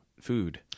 food